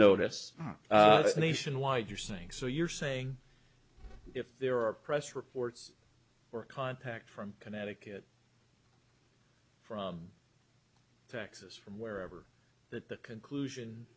notice nationwide you're saying so you're saying if there are press reports or contact from connecticut from texas from wherever that the conclusion